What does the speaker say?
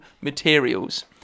materials